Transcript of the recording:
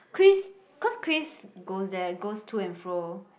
Chris cause Chris goes there goes to and fro